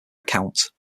account